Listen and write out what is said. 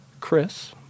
Chris